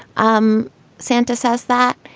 um santa says that